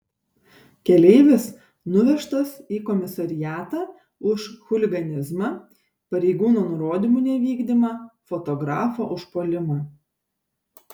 keleivis nuvežtas į komisariatą už chuliganizmą pareigūno nurodymų nevykdymą fotografo užpuolimą